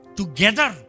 together